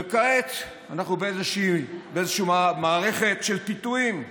וכעת אנחנו באיזושהי מערכת של פיתויים.